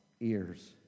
ears